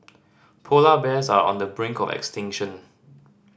polar bears are on the brink of extinction